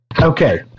Okay